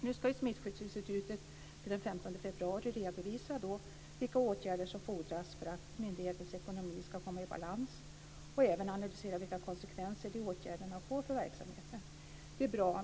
Nu ska ju Smittskyddsinstitutet till den 15 februari redovisa vilka åtgärder som fordras för att myndighetens ekonomi ska komma i balans och även analysera vilka konsekvenser som dessa åtgärder får för verksamheten. Det är bra.